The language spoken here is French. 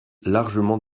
largement